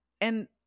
And-